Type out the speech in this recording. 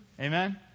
Amen